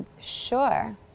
Sure